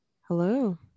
Hello